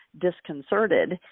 disconcerted